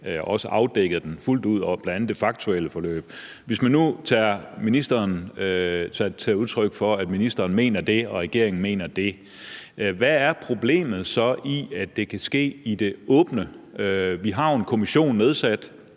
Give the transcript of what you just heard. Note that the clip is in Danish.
og få afdækket den fuldt ud, bl.a. det faktuelle forløb. Hvis man nu tager det som et udtryk for, at ministeren og regeringen mener det, hvad er problemet så i, at det kunne ske i det åbne? Vi har jo en kommission nedsat